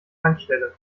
tankstelle